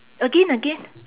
again again